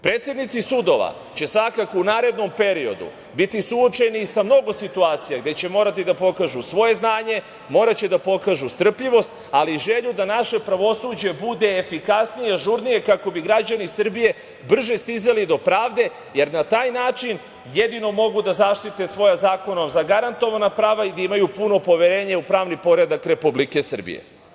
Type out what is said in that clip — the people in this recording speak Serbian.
Predsednici sudova će svakako u narednom periodu biti suočeni sa mnogo situacija gde će morati da pokažu svoje znanje, moraće da pokažu strpljivost, ali i želju da naše pravosuđe bude efikasnije i ažurnije, kako bi građani Srbije brže stizali do pravde, jer na taj način jedino mogu da zaštite svoja zakonom zagarantovana prava i da imaju puno poverenje u pravni poredak Republike Srbije.